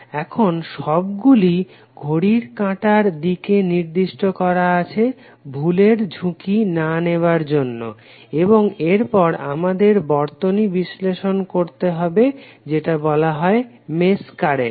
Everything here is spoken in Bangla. এখন সবগুলই ঘড়ির কাঁটার দিকে নির্দিষ্ট করা আছে ভুলের ঝুঁকি না নেবার জন্য এবং এরপর আমাদের বর্তনী বিশ্লেষণ করতে হবে যেটা বলা হয় মেশ কারেন্ট